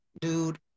dude